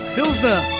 Pilsner